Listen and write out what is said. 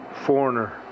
Foreigner